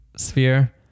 sphere